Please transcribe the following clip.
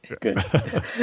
Good